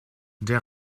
der